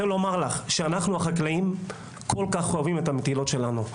אנחנו החקלאים כל כך אוהבים את המטילות שלנו,